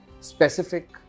specific